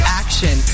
action